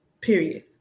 Period